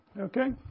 Okay